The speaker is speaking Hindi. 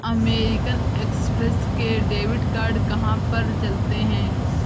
अमेरिकन एक्स्प्रेस के डेबिट कार्ड कहाँ पर चलते हैं?